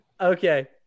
Okay